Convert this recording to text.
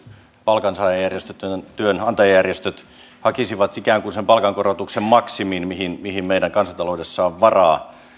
palkansaajajärjestöt ja työnantajajärjestöt hakisivat ikään kuin sen palkankorotuksen maksimin mihin mihin meidän kansantaloudessa on varaa